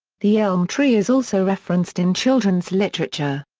the elm tree is also referenced in children's literature.